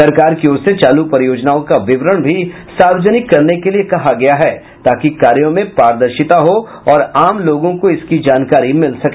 सरकार की ओर से चालू परियोजनाओं का विवरण भी सार्वजनिक करने के लिए कहा गया है ताकि कार्यों में पारदर्शिता हो और आम लोगों को इसकी जानकारी मिल सके